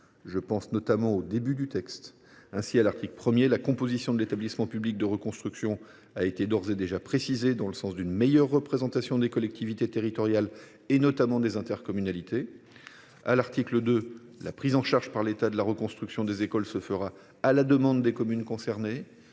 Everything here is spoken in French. trouvés par les deux chambres. Ainsi, à l’article 1, la composition de l’établissement public de reconstruction a d’ores et déjà été précisée afin d’assurer une meilleure représentation des collectivités territoriales, notamment des intercommunalités ; à l’article 2, la prise en charge par l’État de la reconstruction des écoles se fera à la demande des communes concernées